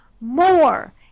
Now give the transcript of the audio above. more